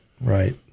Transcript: Right